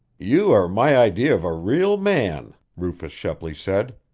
you are my idea of a real man! rufus shepley said.